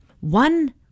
One